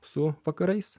su vakarais